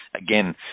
again